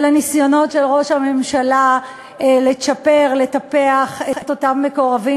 ולניסיונות של ראש הממשלה לצ'פר ולטפח את אותם מקורבים,